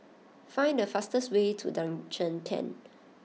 find the fastest way to Junction ten